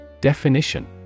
Definition